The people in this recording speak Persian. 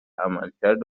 عملکرد